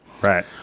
Right